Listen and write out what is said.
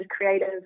creative